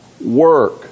work